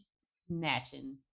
snatching